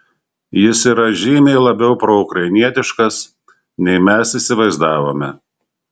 jis yra žymiai labiau proukrainietiškas nei mes įsivaizdavome